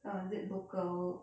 err is it local